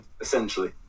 essentially